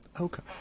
Okay